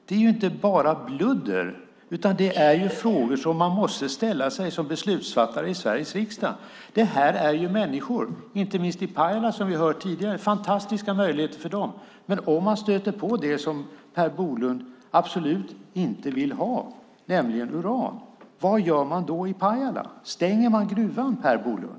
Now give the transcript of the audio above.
Det är inte bara bludder utan konkreta frågor som man som beslutsfattare i Sveriges riksdag måste ställa sig. Det handlar om människor, inte minst i Pajala, som vi hört tidigare. Det ger fantastiska möjligheter för dem, men om man stöter på det som Per Bolund absolut inte vill ha, vad gör man då i Pajala? Stänger man gruvan, Per Bolund?